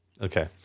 Okay